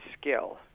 skill